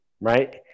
right